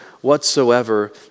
whatsoever